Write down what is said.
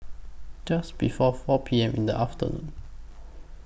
Just before four P M in The afternoon